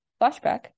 flashback